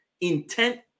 intent